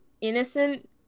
innocent